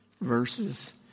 verses